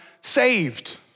saved